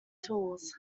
tools